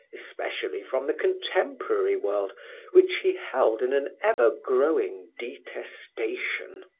especially from the contemporary world which he held in an ever growing detestation.